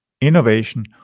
innovation